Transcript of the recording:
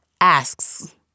asks